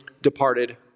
departed